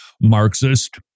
Marxist